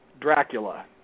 Dracula